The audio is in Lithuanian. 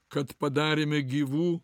kad padarėme gyvų